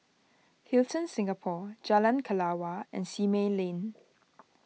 Hilton Singapore Jalan Kelawar and Simei Lane